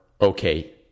okay